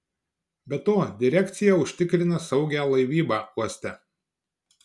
be to direkcija užtikrina saugią laivybą uoste